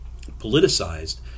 politicized